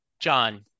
John